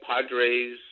Padres